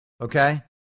okay